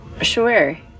Sure